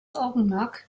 augenmerk